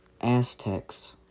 Aztecs